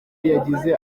yagize